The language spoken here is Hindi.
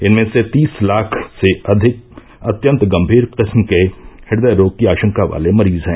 इनमें से तीस लाख से अधिक अत्यंत गंभीर किस्म के हृदय रोग की आशंका वाले मरीज हैं